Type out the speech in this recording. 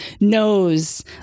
knows